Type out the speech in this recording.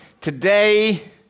Today